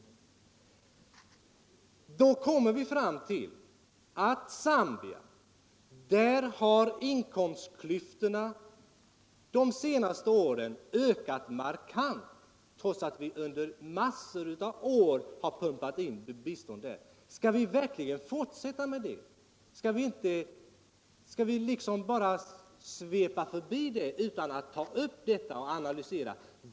Vid en sådan diskussion kommer vi fram till att inkomstklyftorna i Zambia de senaste åren ökat markant, trots att vi under en massa år pumpat in bistånd där. Skall vi verkligen fortsätta med det? Skall vi bara svepa förbi problemet utan att ta upp och analysera det?